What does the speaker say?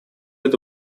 это